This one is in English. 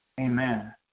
Amen